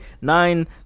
nine